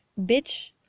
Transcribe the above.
Bitch